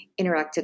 interactive